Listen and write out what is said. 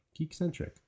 Geekcentric